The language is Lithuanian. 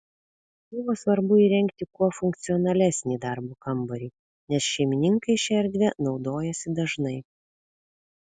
buvo svarbu įrengti kuo funkcionalesnį darbo kambarį nes šeimininkai šia erdve naudojasi dažnai